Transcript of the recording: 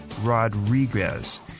Rodriguez